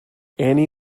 anne